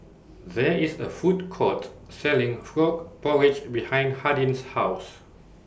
There IS A Food Court Selling Frog Porridge behind Hardin's House